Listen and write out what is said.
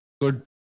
good